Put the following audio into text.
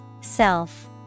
Self